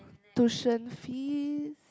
tuition fee